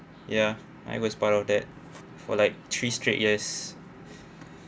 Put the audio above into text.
ya I was part of that for like three straight years